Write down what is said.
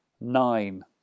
nine